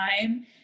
time